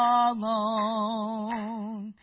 alone